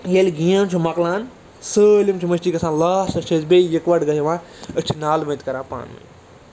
ییٚلہِ گیم چھِ مۅکلان سٲلِم چھِ مُشتھٕے گژھان لاسٹَس چھِ أسۍ بیٚیہِ یِکہٕ وَٹہٕ یِوان أسۍ چھِ نالہٕ مٔتۍ کَران پانہٕ وٲنۍ